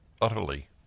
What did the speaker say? Utterly